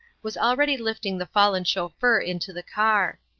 was already lifting the fallen chauffeur into the car.